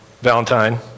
Valentine